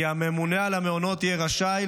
כי הממונה על המעונות יהיה רשאי,